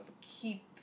keep